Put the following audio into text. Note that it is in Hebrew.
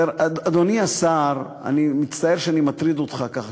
אדוני השר, אני מצטער שאני מטריד אותך ככה,